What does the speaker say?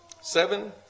seven